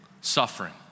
suffering